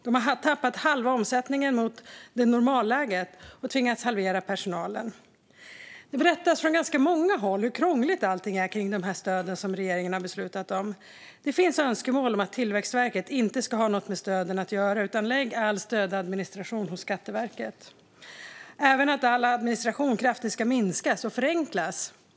De har tappat halva omsättningen mot "normalläget" och tvingats halvera personalen. Det berättas från ganska många håll om hur krångligt allt är kring de stöd som regeringen har beslutat om. Det finns önskemål om att Tillväxtverket inte ska ha någonting med stöden att göra och att man ska lägga all stödadministration hos Skatteverket, samt om att all administration kraftigt ska minskas och förenklas.